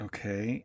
Okay